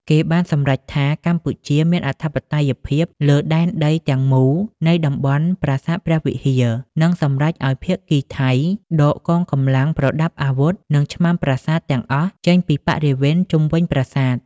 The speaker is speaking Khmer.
គេបានសម្រេចថា កម្ពុជាមានអធិបតេយ្យភាពលើដែនដីទាំងមូលនៃតំបន់ប្រាសាទព្រះវិហារ និងសម្រេចឱ្យភាគីថៃ ដកកងកម្លាំងប្រដាប់អាវុធ និងឆ្មាំប្រាសាទទាំងអស់ចេញពីបរិវេណជុំវិញប្រាសាទ។